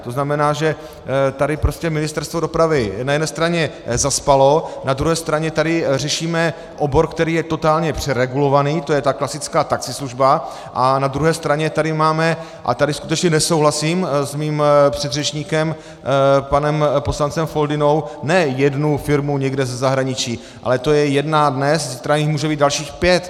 To znamená, že tady Ministerstvo dopravy na jedné straně zaspalo, na druhé straně tady řešíme obor, který je totálně přeregulovaný, to je ta klasická taxislužba, a na druhé straně tady máme, a tady skutečně nesouhlasím se svým předřečníkem panem poslancem Foldynou, ne jednu firmu někde ze zahraničí, ale to je jedna dnes a zítra jich může být dalších pět.